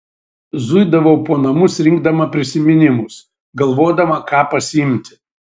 zuidavau po namus rinkdama prisiminimus galvodama ką pasiimti